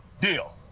Deal